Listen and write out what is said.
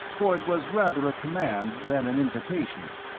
for it was rather a command than an invitation.